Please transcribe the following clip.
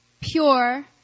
pure